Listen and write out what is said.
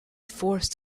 forced